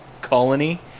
colony